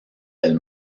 del